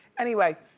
anyway,